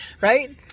Right